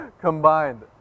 combined